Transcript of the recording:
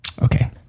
Okay